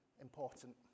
important